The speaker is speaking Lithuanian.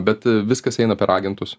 bet viskas eina per agentus